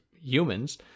humans